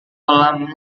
kolam